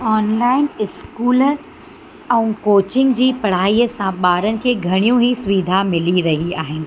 online school ऐं coaching जी पढ़ाईअ सां ॿारनि खे घणियूं ई सुविधा मिली रही आहिनि